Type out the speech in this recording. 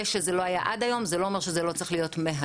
זה שזה לא היה עד היום זה לא אומר שזה לא צריך להיות מהיום.